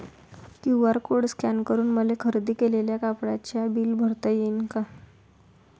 QR code scan करून मले खरेदी केलेल्या कापडाचे बिल भरता यीन का?